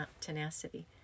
tenacity